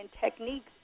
techniques